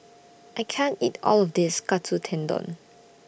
I can't eat All of This Katsu Tendon